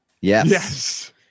Yes